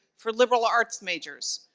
for liberal arts majors.